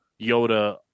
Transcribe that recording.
Yoda